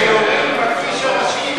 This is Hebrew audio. שיורים בכביש הראשי,